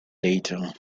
later